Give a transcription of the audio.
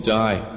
die